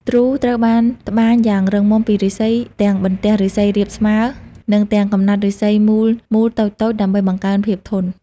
ទ្រូត្រូវបានត្បាញយ៉ាងរឹងមាំពីឫស្សី ទាំងបន្ទះឫស្សីរាបស្មើ និងទាំងកំណាត់ឫស្សីមូលៗតូចៗ ដើម្បីបង្កើនភាពធន់។